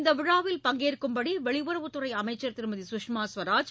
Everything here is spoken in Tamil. இந்த விழாவில் பங்கேற்கும்படி வெளியுறவுத்துறை அமைச்சர் திருமதி குஷ்மா ஸ்வராஜ்